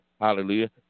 Hallelujah